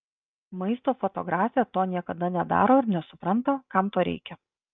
maisto fotografė to niekada nedaro ir nesupranta kam to reikia